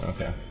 Okay